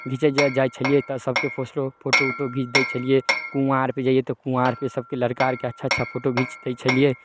घिचै जाइ छलियै तऽ सभके पोस्टो फोटो उटो घीच दै छलियै कुआँ आरपर जइए तऽ कुआँ आरपर सभके लड़िका आरके अच्छा अच्छा फोटो घिच दै छलियै